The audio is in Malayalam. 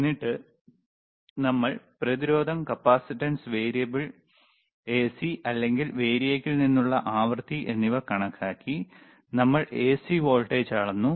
എന്നിട്ട് നമ്മൾ പ്രതിരോധം കപ്പാസിറ്റൻസ് വേരിയബിൾ എസി അല്ലെങ്കിൽ വേരിയക്കിൽ നിന്നുള്ള ആവൃത്തി എന്നിവ കണക്കാക്കി നമ്മൾ എസി വോൾട്ടേജ് അളന്നു